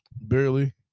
Barely